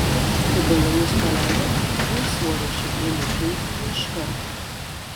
kai balionus paleido dėl svorio šie ėmė kilti ne iš karto